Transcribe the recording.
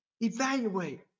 Evaluate